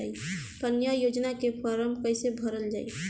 कन्या योजना के फारम् कैसे भरल जाई?